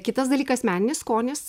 kitas dalykas meninis skonis